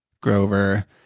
Grover